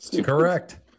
Correct